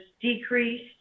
decreased